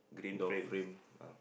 door frame ah